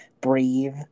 Breathe